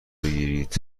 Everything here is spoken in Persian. بگیرید